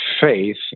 faith